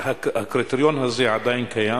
הקריטריון הזה עדיין קיים?